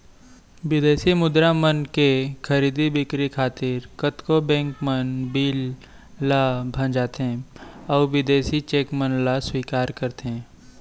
बिदेसी मुद्रा मन के खरीदी बिक्री खातिर कतको बेंक मन बिल ल भँजाथें अउ बिदेसी चेक मन ल स्वीकार करथे